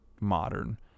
Modern